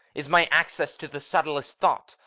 is my access to the subtlest thought,